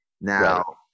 Now